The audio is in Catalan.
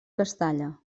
castalla